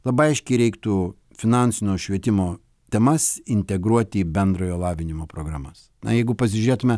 labai aiškiai reiktų finansinio švietimo temas integruoti į bendrojo lavinimo programas na jeigu pasižiūrėtume